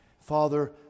Father